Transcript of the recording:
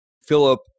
Philip